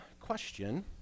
question